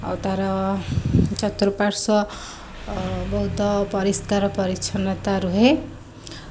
ଆଉ ତାର ଚତୁଃପାର୍ଶ୍ୱ ବହୁତ ପରିଷ୍କାର ପରିଚ୍ଛନ୍ନତା ରୁହେ